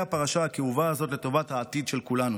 הפרשה הכאובה הזאת לטובת העתיד של כולנו.